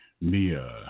Mia